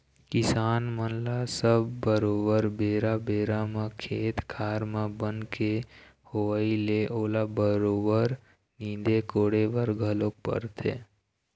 किसान मन ल सब बरोबर बेरा बेरा म खेत खार म बन के होवई ले ओला बरोबर नींदे कोड़े बर घलोक परथे